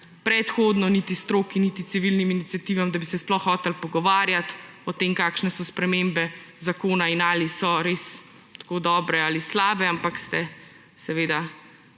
predhodno niti stroki niti civilnim iniciativam, da bi se sploh hoteli pogovarjati o tem, kakšne so spremembe zakona in ali so res tako dobre ali slabe, ampak seveda